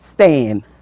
stand